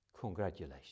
Congratulations